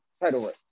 title